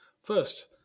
First